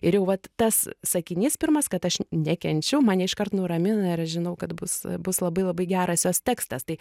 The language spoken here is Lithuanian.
ir jau vat tas sakinys pirmas kad aš nekenčiu mane iškart nuramina ir aš žinau kad bus bus labai labai geras jos tekstas tai